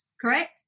correct